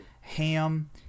ham